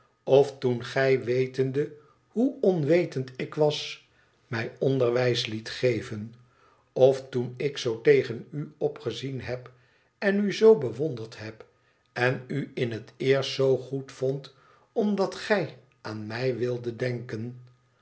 of toen gij wetende hoe onwetend ik was mij onderwijs liet geven of toen ik zoo tegen u opgezien heb enu zoo bewonderd heb en u in het eerst zoo goed vond omdat gij aan mij wildet denken